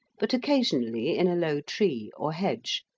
but occasionally in a low tree or hedge,